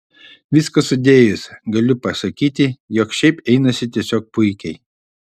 viską sudėjus galiu pasakyti jog šiaip einasi tiesiog puikiai